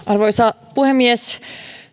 arvoisa puhemies